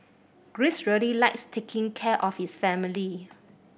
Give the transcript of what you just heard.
Greece really likes taking care of his family